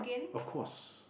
of course